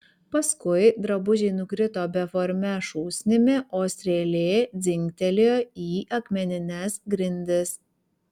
paskui drabužiai nukrito beforme šūsnimi o strėlė dzingtelėjo į akmenines grindis